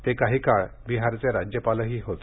ते काही काळ बिहारचे राज्यपालही होते